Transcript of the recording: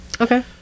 Okay